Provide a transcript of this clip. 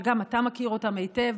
שגם אתה מכיר אותם היטב,